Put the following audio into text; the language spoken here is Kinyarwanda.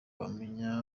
wamenya